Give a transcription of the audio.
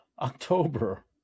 October